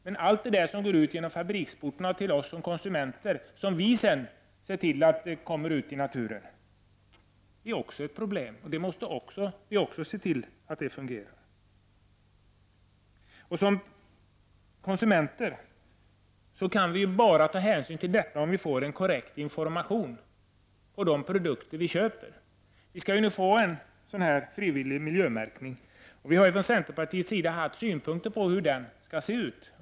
Men allt det som går ut genom fabriksportarna till oss som konsumenter ser vi till att det kommer ut i naturen. Det är också ett problem som vi måste tackla. Som konsumenter kan vi bara ta hänsyn till detta om vi får en korrekt information om de produkter som vi köper. Nu skall vi ju ha en frivillig miljömärkning. Vi har från centerpartiets sida haft synpunkter på hur den skall se ut.